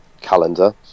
calendar